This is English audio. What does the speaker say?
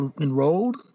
enrolled